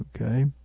Okay